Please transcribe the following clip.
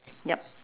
yup